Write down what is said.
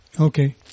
Okay